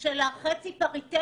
של החצי הפריטטי